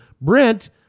Brent